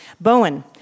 Bowen